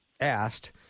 asked